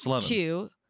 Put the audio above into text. two